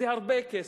זה הרבה כסף.